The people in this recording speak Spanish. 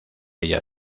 ella